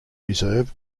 reserve